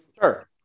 Sure